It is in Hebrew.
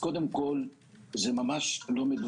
קודם כל זה לא מדויק,